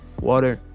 water